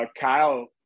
Kyle